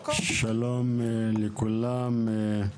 שלום לכולם,